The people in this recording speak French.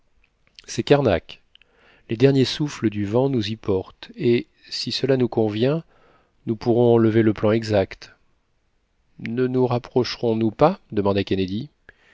c'est kernak les derniers souffles du vent nous y portent et si cela nous convient nous pourrons en lever le plan exact ne nous rapprocherons nous pas demanda kennedy